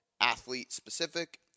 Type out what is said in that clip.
athlete-specific